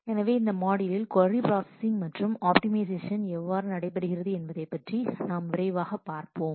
எனவே இந்த மாட்யூலில் கொர்ரி பிராஸிங் மற்றும் அப்டிமைசேஷன் எவ்வாறு நடைபெறுகிறது என்பது பற்றி நாம் விரைவாகப் பார்ப்போம்